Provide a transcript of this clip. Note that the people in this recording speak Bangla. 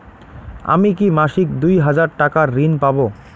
আমি কি মাসিক দুই হাজার টাকার ঋণ পাব?